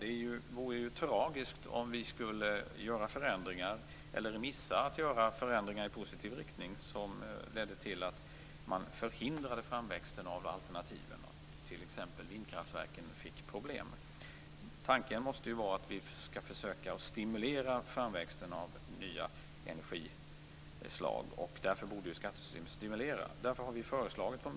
Det vore ju tragiskt om vi skulle missa att göra förändringar i positiv riktning som ledde till att man förhindrade framväxten av alternativen och att t.ex. vindkraftverken fick problem. Tanken måste ju vara att försöka stimulera framväxten av nya energislag. Därför borde skattesystemet stimulera.